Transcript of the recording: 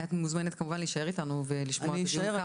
את מוזמנת כמובן להישאר איתנו ולשמוע את הדיון,